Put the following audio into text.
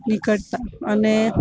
નીકળતા અને